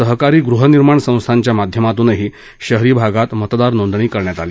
सहकारी गृहनिर्माण संस्थांच्या माध्यमातूनही शहरी भागात मतदार नोदंणी करण्यात आली